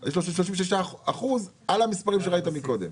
אז יש לו 36% על המספרים שראית מקודם,